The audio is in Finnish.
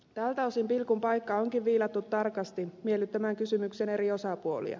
tältä osin pilkun paikka onkin viilattu tarkasti miellyttämään kysymyksen eri osapuolia